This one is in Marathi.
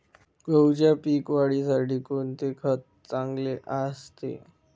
गहूच्या पीक वाढीसाठी कोणते खत चांगले असते?